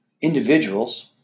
individuals